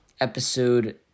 episode